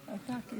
אתה.